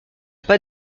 pas